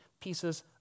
pieces